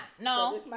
No